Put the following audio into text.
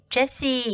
Jesse